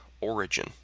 origin